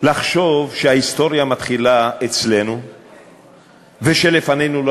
לחשוב שההיסטוריה מתחילה אצלנו ושלפנינו לא